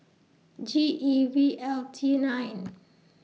G E V L T nine